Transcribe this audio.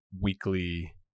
weekly